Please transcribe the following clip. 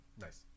Nice